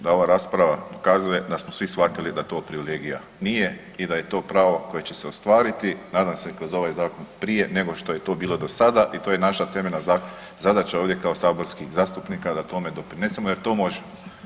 Da ova rasprava pokazuje da smo svi shvatili da to privilegija nije i da je to pravo koje će se ostvariti nadam se kroz ovaj zakon prije nego što je to bilo do sada i to je naša temeljna zadaća ovdje kao saborskih zastupnika da tome doprinesemo jer to možemo.